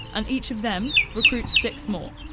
and each of them recruits six more.